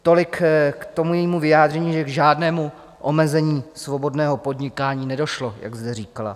Tolik k tomu jejímu vyjádření, že k žádnému omezení svobodného podnikání nedošlo, jak zde říkala.